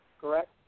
correct